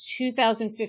2015